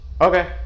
okay